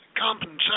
compensation